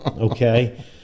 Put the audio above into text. Okay